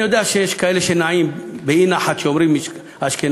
אני יודע שיש כאלה שנעים באי-נחת כשאומרים "אשכנזים",